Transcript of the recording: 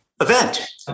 event